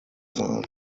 sein